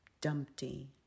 dumpty